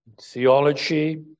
theology